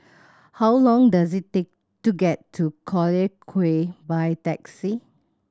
how long does it take to get to Collyer Quay by taxi